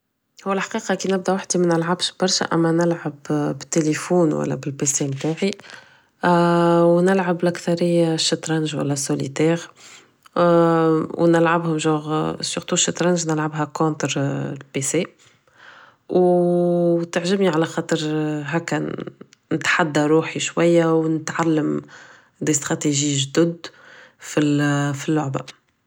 هو الحقيقة كي نبدا وحدي منلعبش برشا اما نلعب ب تيليفون ولا بل pc متاعي و نلعب الاكثرية شطرنج ولا سوليدار و نلعبهم جور surtout شطرنج نلعبها كونطر pc و تعجبني على خاطر هكا نتحدى روحي شوية و نتعلم des stratégies جدد فلعبة